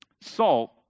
Salt